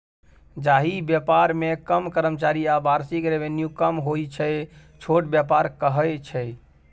जाहि बेपार मे कम कर्मचारी आ बार्षिक रेवेन्यू कम होइ छै छोट बेपार कहय छै